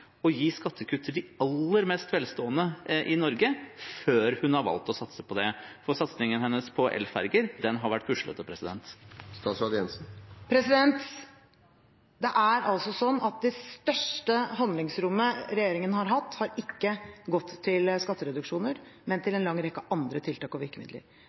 å gi skattekutt til de aller mest velstående i Norge før hun har valgt å satse på det, for satsingen hennes på elferger har vært puslete. Det er altså slik at det største handlingsrommet regjeringen har hatt, ikke har gått til skattereduksjoner, men til en lang rekke andre tiltak og virkemidler